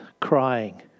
crying